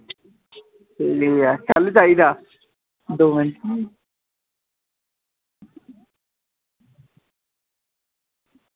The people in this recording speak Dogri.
ठीक ऐ कल्ल चाहिदा दो मिंट